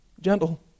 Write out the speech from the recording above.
Gentle